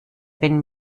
wenn